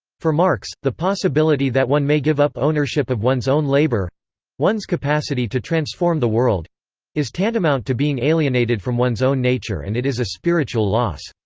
for marx, the possibility that one may give up ownership of one's own labour one's capacity to transform the world is tantamount to being alienated from one's own nature and it is a spiritual loss.